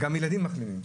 גם ילדים מחלימים.